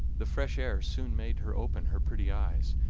the fresh air soon made her open her pretty eyes,